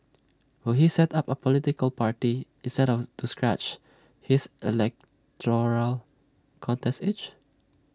will he set up A political party instead of to scratch his electoral contest itch